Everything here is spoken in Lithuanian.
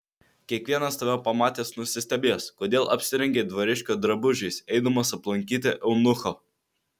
kiekvienas tave pamatęs nusistebės kodėl apsirengei dvariškio drabužiais eidamas aplankyti eunucho